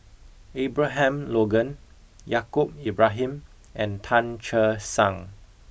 Abraham Logan Yaacob Ibrahim and Tan Che Sang